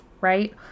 right